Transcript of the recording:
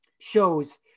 shows